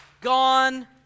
gone